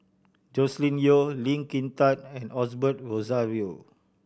Joscelin Yeo Lee Kin Tat and Osbert Rozario